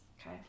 Okay